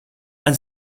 and